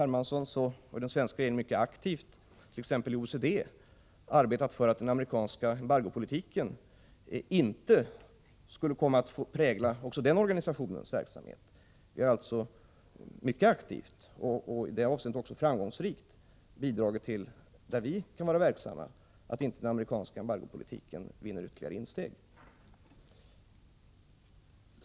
Hermansson att den svenska regeringen mycket aktivt, t.ex. i OECD, har arbetat för att den amerikanska embargopolitiken inte skulle få komma att prägla också den organisationens verksamhet. Vi har mycket aktivt, och i det avseendet också framgångsrikt, bidragit till att den amerikanska embargopolitiken inte vinner ytterligare insteg.